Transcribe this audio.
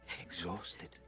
Exhausted